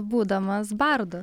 būdamas bardu